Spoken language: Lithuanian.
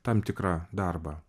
tam tikrą darbą